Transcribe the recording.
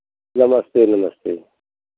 नमस्ते नमस्ते